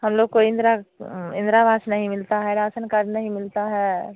हम लोग को इंदिरा इंदिरा आवास नहीं मिलता है रासन कार्ड नहीं मिलता है